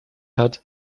hat